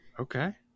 Okay